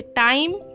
time